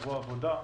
זרוע עבודה.